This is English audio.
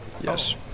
Yes